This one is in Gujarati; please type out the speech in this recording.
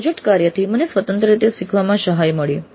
પ્રોજેક્ટ કાર્યથી મને સ્વતંત્ર રીતે શીખવામાં સહાય મળી